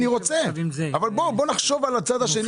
אני רוצה את זה אבל בואו נחשוב על הצד השני.